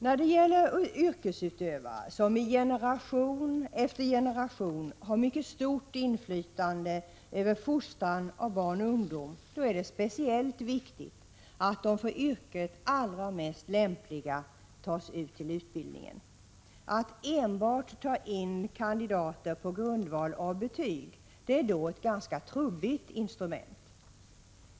När det gäller yrkesutövare som i generation efter generation har mycket stort inflytande på fostran av barn och ungdom är det speciellt viktigt att de för yrket allra mest lämpliga tas ut till utbildningen. Att ta in kandidater enbart på grundval av betyg är då ett ganska trubbigt instrument.